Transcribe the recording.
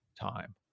time